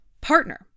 partner